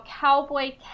Cowboy